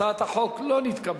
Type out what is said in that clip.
הצעת החוק לא נתקבלה.